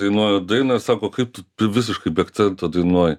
dainuoju dainą sako kaip tu tu visiškai be akcento dainuoji